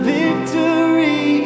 victory